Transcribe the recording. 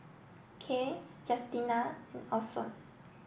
Kiel Justina and Orson